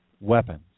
weapons